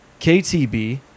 KTB